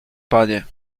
panie